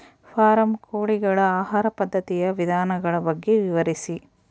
Form ಕೋಳಿಗಳ ಆಹಾರ ಪದ್ಧತಿಯ ವಿಧಾನಗಳ ಬಗ್ಗೆ ವಿವರಿಸಿ?